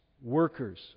workers